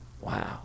wow